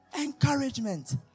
Encouragement